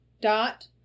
dot